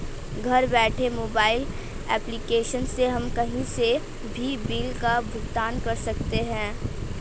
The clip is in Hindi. घर बैठे मोबाइल एप्लीकेशन से हम कही से भी बिल का भुगतान कर सकते है